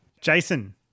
Jason